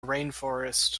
rainforests